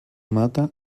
mata